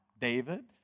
David